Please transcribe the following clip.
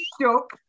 joke